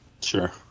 Sure